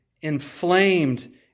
inflamed